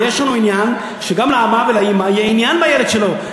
ויש לנו עניין שגם לאבא וגם לאימא יהיה עניין בילד שלהם.